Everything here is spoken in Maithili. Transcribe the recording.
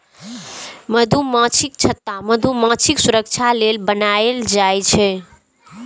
मधुमाछीक छत्ता मधुमाछीक सुरक्षा लेल बनाएल जाइ छै